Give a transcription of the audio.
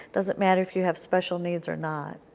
doesn't matter if you have special needs or not.